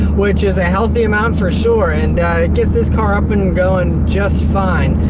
which is a healthy amount, for sure, and gets this car up and going just fine.